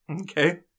Okay